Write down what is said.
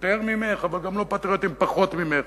יותר ממך אבל גם לא פטריוטים פחות ממך.